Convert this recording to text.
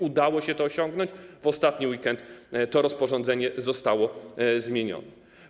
Udało się to osiągnąć, w ostatni weekend to rozporządzenie zostało zmienione.